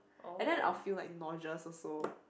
and then I will feel like nauseous also